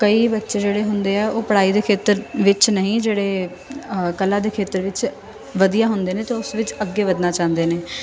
ਕਈ ਬੱਚੇ ਜਿਹੜੇ ਹੁੰਦੇ ਆ ਉਹ ਪੜ੍ਹਾਈ ਦੇ ਖੇਤਰ ਵਿੱਚ ਨਹੀਂ ਜਿਹੜੇ ਕਲਾ ਦੇ ਖੇਤਰ ਵਿੱਚ ਵਧੀਆ ਹੁੰਦੇ ਨੇ ਅਤੇ ਉਸ ਵਿੱਚ ਅੱਗੇ ਵਧਣਾ ਚਾਹੁੰਦੇ ਨੇ